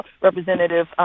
Representative